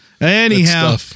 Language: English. Anyhow